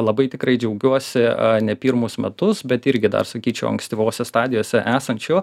labai tikrai džiaugiuosi ne pirmus metus bet irgi dar sakyčiau ankstyvose stadijose esančių